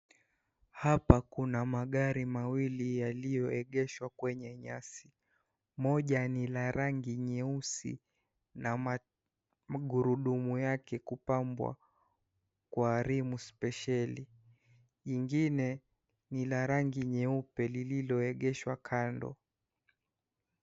Hapa kuna magari mawili yaliyoegeshwa kwenye nyasi. Moja ni la rangi nyeusi na magurudumu yake kupambwa kwa rimu spesheli. Ingine ni la rangi nyeupe lililoegeshwa kando.